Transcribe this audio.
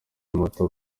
muto